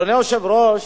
אדוני היושב-ראש,